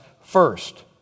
First